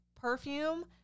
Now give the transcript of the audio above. perfume